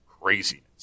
craziness